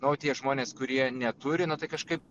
na o tie žmonės kurie neturi na tai kažkaip